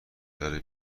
داره